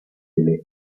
delle